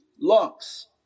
locks